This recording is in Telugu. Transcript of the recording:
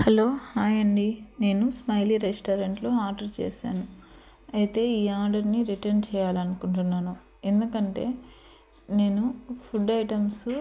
హలో హాయ్ అండి నేను స్మైలీ రెస్టారెంట్లో ఆర్డర్ చేసాను అయితే ఈ ఆర్డర్ని రిటర్న్ చేయాలని అనుకుంటున్నాను ఎందుకంటే నేను ఫుడ్ ఐటమ్సు